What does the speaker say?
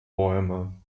bäume